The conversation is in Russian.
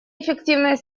эффективной